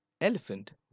Elephant